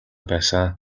байсан